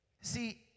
See